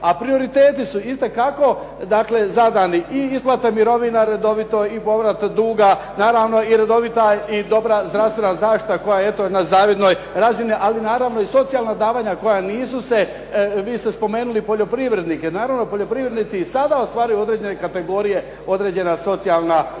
a prioriteti su itekako zadani. I isplate mirovina redovito i povrat duga i redovita i dobra zaštita koja eto na zavidnoj razini. Ali naravno i socijalna davanja koja nisu se vi ste spomenuli poljoprivrednike. Naravno poljoprivrednici i sada ostvaruju određene kategorije, određena socijalna